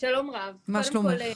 מה שלומך?